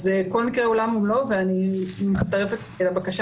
אז כל מקרה הוא עולם ומלואו ואני מצטרפת לבקשה